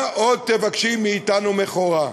מה עוד תבקשי מאתנו, מכורה?